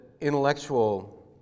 intellectual